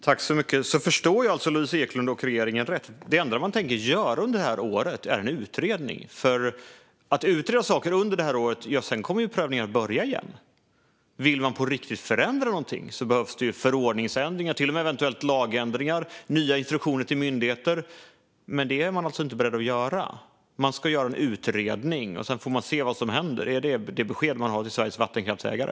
Fru talman! Om jag förstår Louise Eklund och regeringen rätt är det enda som man tänker göra under detta år en utredning. Om man utreder saker under detta år kommer prövningen att börja igen. Vill man på riktigt förändra någonting behövs det förordningsändringar och eventuellt till och med lagändringar samt nya instruktioner till myndigheter. Men det är man alltså inte beredd att göra. Man ska göra en utredning, och sedan får man se vad som händer. Är det detta besked som man har till Sveriges vattenkraftsägare?